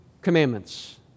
commandments